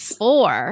four